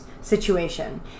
situation